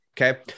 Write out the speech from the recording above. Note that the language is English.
Okay